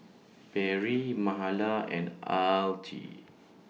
Perri Mahala and Altie